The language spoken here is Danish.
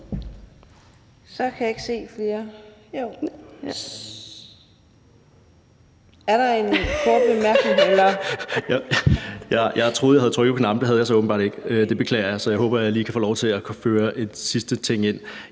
Jeg troede, at jeg havde trykket på knappen, men det havde jeg åbenbart ikke. Det beklager jeg. Men jeg håber, at jeg lige kan få lov til at komme med en sidste ting.